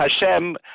Hashem